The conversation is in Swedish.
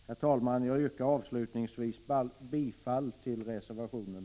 Herr talman! Jag yrkar avslutningsvis bifall till reservation 4.